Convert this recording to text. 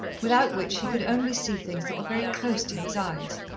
without which he could only see things that were very close to his eyes.